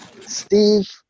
Steve